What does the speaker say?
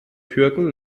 türken